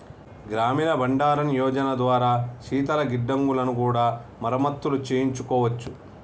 గ్రామీణ బండారన్ యోజన ద్వారా శీతల గిడ్డంగులను కూడా మరమత్తులు చేయించుకోవచ్చు